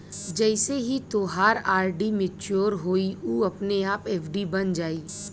जइसे ही तोहार आर.डी मच्योर होइ उ अपने आप एफ.डी बन जाइ